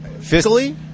physically